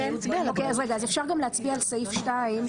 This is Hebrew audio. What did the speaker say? אז אפשר גם להצביע על סעיף 2,